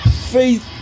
faith